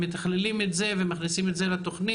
מתכללים את זה ומכניסים את זה לתוכנית.